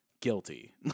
guilty